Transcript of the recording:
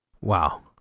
wow